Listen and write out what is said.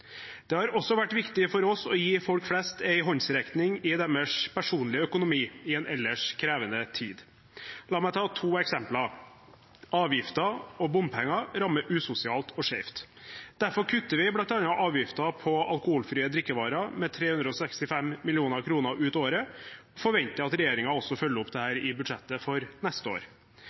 Det har også vært viktig for oss å gi folk flest en håndsrekning i deres personlige økonomi i en ellers krevende tid. La meg ta to eksempler: Avgifter og bompenger, som rammer usosialt og skjevt. Derfor kutter vi bl.a. avgifter på alkoholfrie drikkevarer med 365 mill. kr ut året og forventer at regjeringen følger opp dette i budsjettet for neste år.